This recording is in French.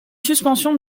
suspension